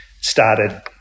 started